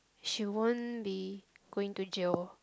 she won't be going to jail